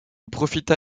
profita